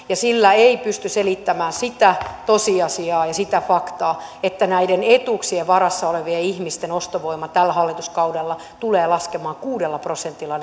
ja sillä ei pysty selittämään sitä tosiasiaa ja sitä faktaa että näiden etuuksien varassa olevien ihmisten ostovoima tällä hallituskaudella tulee laskemaan kuudella prosentilla